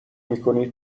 میکنی